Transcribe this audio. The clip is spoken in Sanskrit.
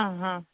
हां